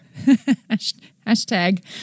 Hashtag